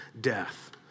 death